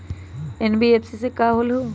NBFC का होलहु?